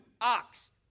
ox